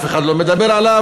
אף אחד לא מדבר עליו,